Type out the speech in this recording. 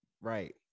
right